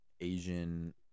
asian